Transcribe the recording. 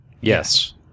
Yes